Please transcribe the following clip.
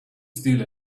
steal